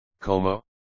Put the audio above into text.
como